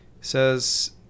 Says